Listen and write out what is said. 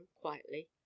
quietly